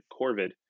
Corvid